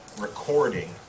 recording